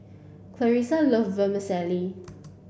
Clarissa love Vermicelli